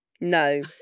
No